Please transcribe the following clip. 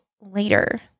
later